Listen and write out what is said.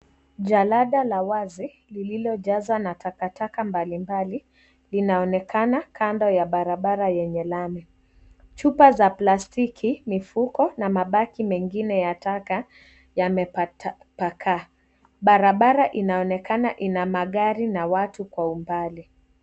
Jalada la wazi lililojazwa na takataka mbalimbali linaonekana kando ya barabara yenye lami. Chupa za plastiki, mifuko na mabaki mengine ya taka yamepatapakaa. Barabara inaonekana ina magari na watu kwa umbali.